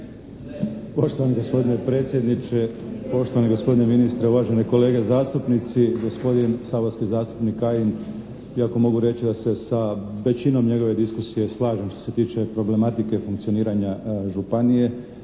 Poštovani gospodine predsjedniče, poštovani gospodine ministre, uvažene kolege zastupnici. Gospodin saborski zastupnik Kajin, iako mogu reći da se sa većinom njegove diskusije slažem što se tiče problematike funkcioniranja županije,